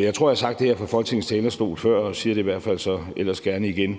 Jeg tror, jeg har sagt det her fra Folketingets talerstol før og siger det i hvert fald så ellers gerne igen,